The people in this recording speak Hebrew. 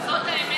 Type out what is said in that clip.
זאת האמת.